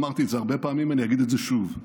אמרתי את זה הרבה פעמים ואני אגיד את זה שוב: